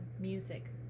music